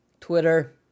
twitter